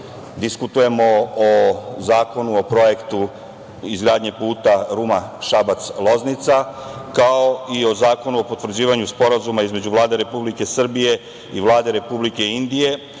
diskutujemo o Zakonu o projektu izgradnje puta Ruma-Šabac-Loznica, kao i o Zakonu o potvrđivanju Sporazuma između Vlade Republike Srbije i Vlade Republike Indije